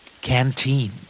Canteen